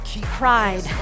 pride